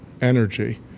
energy